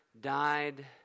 died